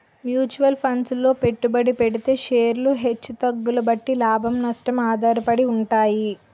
mutual funds లో పెట్టుబడి పెడితే షేర్లు హెచ్చు తగ్గుల బట్టి లాభం, నష్టం ఆధారపడి ఉంటాయి